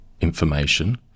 information